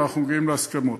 ואנחנו מגיעים להסכמות.